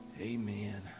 Amen